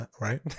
Right